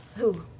who?